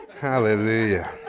Hallelujah